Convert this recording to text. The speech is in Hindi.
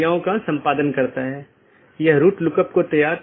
इसलिए हर कोई दुसरे को जानता है या हर कोई दूसरों से जुड़ा हुआ है